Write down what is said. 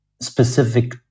specific